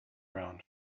ground